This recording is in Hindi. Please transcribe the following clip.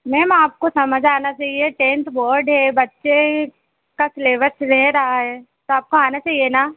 मैम आपको समझ आना चाहिए टेंथ बोर्ड है बच्चे का सिल्बेस रह रहा हैं तो आपको आना चाहिए ना